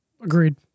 Agreed